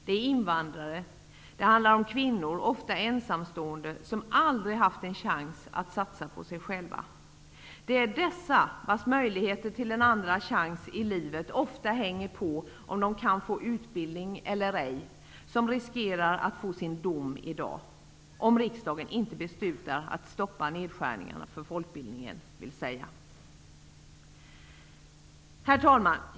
De kan vara invandrare och kvinnor -- ofta ensamstående, som aldrig haft en chans att satsa på sig själva. Det är dessa, vars möjligheter till en andra chans i livet ofta hänger på om de kan få utbildning eller ej, som i dag får sin dom, om riksdagen inte beslutar att stoppa nedskärningarna för folkbildningen, vill säga. Herr talman!